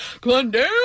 Glendale